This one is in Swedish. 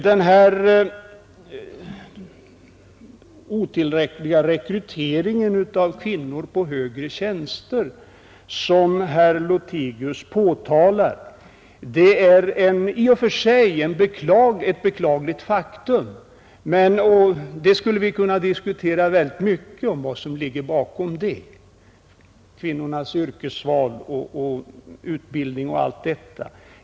Den otillräckliga rekryteringen av kvinnor till högre tjänster som herr Lothigius påtalar är i och för sig ett beklagligt faktum, och vi skulle kunna diskutera mycket om vad som ligger bakom det, t.ex. kvinnornas yrkesval och inriktningen av deras utbildning.